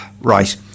right